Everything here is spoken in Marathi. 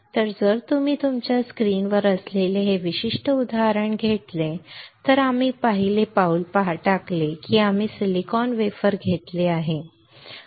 तर जर तुम्ही तुमच्या स्क्रीनवर असलेले हे विशिष्ट उदाहरण घेतले तर आम्ही पहिले पाऊल टाकले की आम्ही सिलिकॉन वेफर घेतले आहे ना